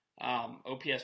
OPS